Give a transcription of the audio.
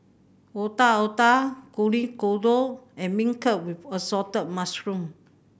Otak Otak Kuih Kodok and beancurd with assorted mushroom